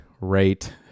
right